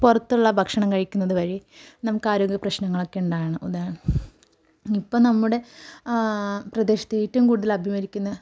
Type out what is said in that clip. പുറത്തുള്ള ഭക്ഷണം കഴിക്കുന്നത് വഴി നമുക്ക് ആരോഗ്യ പ്രശ്നങ്ങളൊക്കെ ഉണ്ടാകണം ഉദാഹരണം ഇപ്പം നമ്മുടെ ആ പ്രദേശത്തെ ഏറ്റവും കൂടുതൽ അഭിമുകീകരിക്കുന്ന